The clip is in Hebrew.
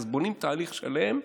אז בונים תהליך שלם,